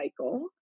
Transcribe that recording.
Cycle